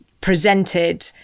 presented